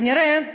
כנראה,